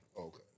Okay